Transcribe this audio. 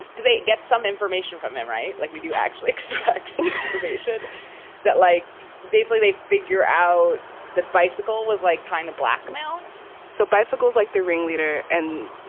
do they get some information from it? right. like we do actually seek information that like basically they figure out that bicycle was like trying to blackmail so bicycle's like the ringleader and.